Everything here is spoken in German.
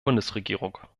bundesregierung